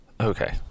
Okay